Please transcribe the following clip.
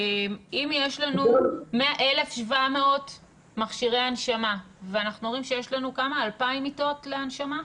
אם יש לנו 1,700 מכשירי הנשמה ואנחנו רואים שיש לנו 2,000 מיטות להנשמה?